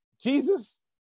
Jesus